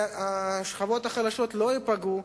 והשכבות החלשות לא ייפגעו,